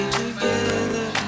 together